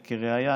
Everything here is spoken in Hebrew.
וכראיה,